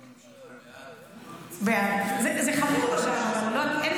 הצבעתי בממשלה בעד חוק, זה חמור, אגב.